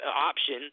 option